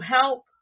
help